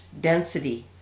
density